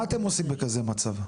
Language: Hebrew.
מה אתם עושים בכזה מצב?